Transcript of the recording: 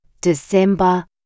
December